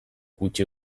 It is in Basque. gutxi